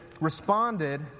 responded